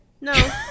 No